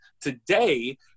today